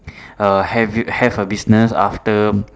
err have you have a business after